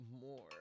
more